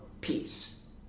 peace